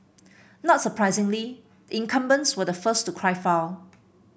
not surprisingly the incumbents were the first to cry foul